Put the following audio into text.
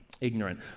ignorant